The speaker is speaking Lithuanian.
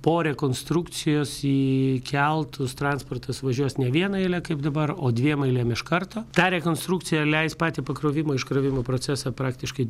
po rekonstrukcijos į keltus transportas važiuos ne viena eile kaip dabar o dviem eilėm iš karto ta rekonstrukcija leis patį pakrovimo iškrovimo procesą praktiškai